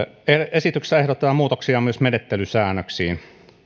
esityksessä ehdotetaan muutoksia myös menettelysäännöksiin